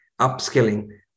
upskilling